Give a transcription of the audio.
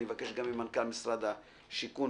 אני מבקש שיהיו גם מנכ"ל משרד הבינוי והשיכון,